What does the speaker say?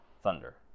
thunder